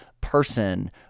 person